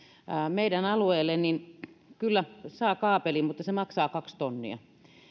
meidän alueelle kyllä saa kaapelin mutta se maksaa kaksi tonnia